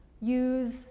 use